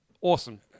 awesome